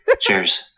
Cheers